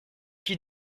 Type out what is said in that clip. qui